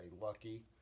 lucky